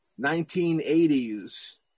1980s